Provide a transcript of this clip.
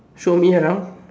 show me around